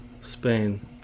Spain